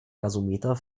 gasometer